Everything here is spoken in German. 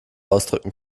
ausdrücken